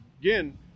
again